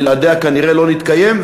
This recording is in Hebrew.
בלעדיה כנראה לא נתקיים.